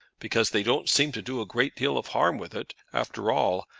because they don't seem to do a great deal of harm with it after all.